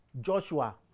Joshua